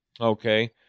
Okay